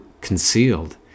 concealed